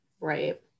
Right